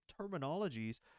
terminologies